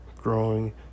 growing